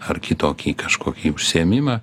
ar kitokį kažkokį užsiėmimą